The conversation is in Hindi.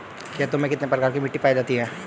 खेतों में कितने प्रकार की मिटी पायी जाती हैं?